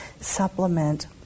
supplement